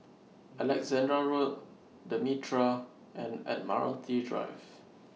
Alexandra Road The Mitraa and Admiralty Drive